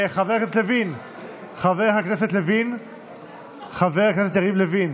חבר הכנסת יריב לוין,